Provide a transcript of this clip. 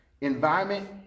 Environment